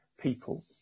people